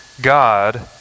God